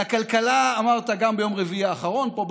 על הכלכלה אמרת גם ביום רביעי האחרון פה,